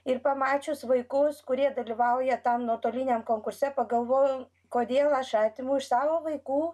ir pamačius vaikus kurie dalyvauja tam nuotoliniam konkurse pagalvojau kodėl aš atimu iš savo vaikų